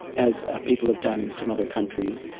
as people have done in some other countries.